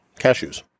cashews